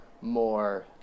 more